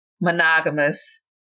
monogamous